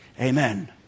Amen